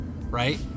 right